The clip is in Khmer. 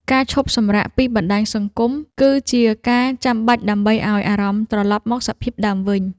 ការឈប់សម្រាកពីបណ្ដាញសង្គម គឺជាការចាំបាច់ដើម្បីឱ្យអារម្មណ៍ត្រលប់មកសភាពដើមវិញ។